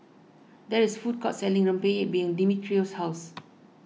there is food court selling Rempeyek behind Dimitrios' house